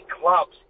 clubs